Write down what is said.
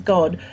God